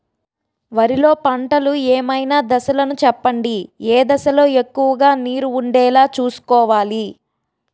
వరిలో పంటలు ఏమైన దశ లను చెప్పండి? ఏ దశ లొ ఎక్కువుగా నీరు వుండేలా చుస్కోవలి?